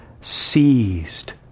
seized